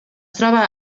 troba